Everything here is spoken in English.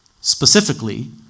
specifically